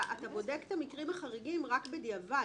אתה בודק את המקרים החריגים רק בדיעבד,